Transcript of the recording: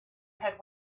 had